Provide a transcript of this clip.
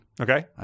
Okay